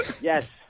Yes